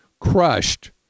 crushed